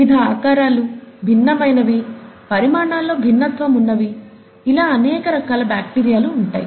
వివిధ ఆకారాలు భిన్నమైనవి పరిమాణాల్లో భిన్నత్వం ఉన్నవి ఇలా అనేక రకాల బాక్టీరియాలు ఉంటాయి